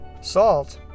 Salt